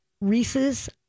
Reese's